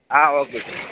ah okay sir